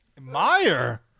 Meyer